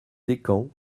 descamps